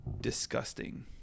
disgusting